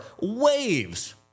waves